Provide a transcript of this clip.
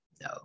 No